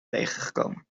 tegengekomen